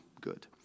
good